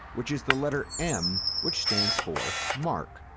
which is the letter m which stands for mark.